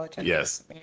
Yes